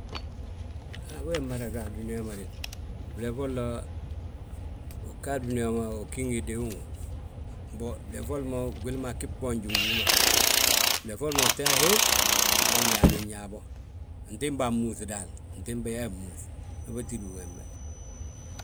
Wee mmada ga a dúniyaa ma de, flee folla uga a dúniyaa ma, ugí ngi deŋúw. Nboŋ flee foli mo, gwili maa ggi gboonje ngi húma. Flee foli ma utin yaa he halla ñaanin yaa bo, antiimbaa mmúŧ daal, antiimbi hee múuŧ, habe tídi gembe.